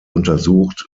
untersucht